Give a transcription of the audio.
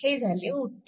हे झाले उत्तर